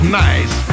nice